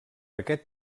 aquest